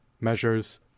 measures